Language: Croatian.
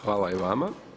Hvala i vama.